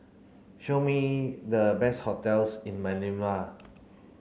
show me the best hotels in Manila